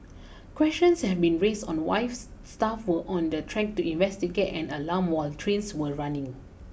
questions have been raised on why staff were on the track to investigate an alarm while trains were running